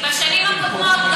כי בשנים הקודמות,